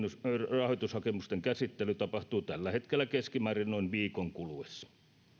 rahoitushakemusten käsittely tapahtuu tällä hetkellä keskimäärin noin viikon kuluessa